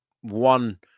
one